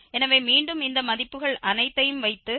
எனவே மீண்டும் இந்த மதிப்புகள் அனைத்தையும் வைத்து x0 மற்றும் x1 x2